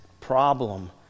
problem